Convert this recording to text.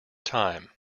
time